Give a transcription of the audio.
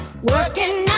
Working